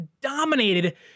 dominated